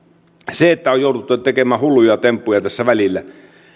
se että on jouduttu tekemään hulluja temppuja tässä välillä